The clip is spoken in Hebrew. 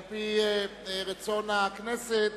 על-פי רצון הכנסת,